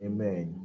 Amen